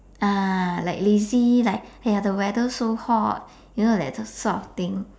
ah like lazy like !haiya! the weather so hot you know that sort of thing